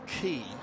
key